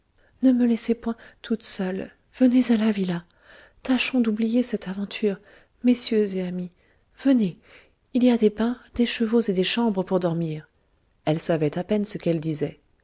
ne me laissez point toute seule venez à la villa tâchons d'oublier cette aventure messieurs et amis venez il y a des bains des chevaux et des chambres pour dormir elle savait à peine ce qu'elle disait